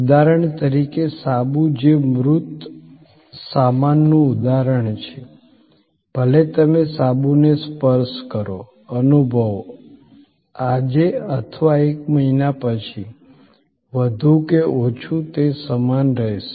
ઉદાહરણ તરીકે સાબુ જે મૂર્ત સામાનનું ઉદાહરણ છે ભલે તમે સાબુને સ્પર્શ કરો અનુભવો આજે અથવા એક મહિના પછી વધુ કે ઓછું તે સમાન રહેશે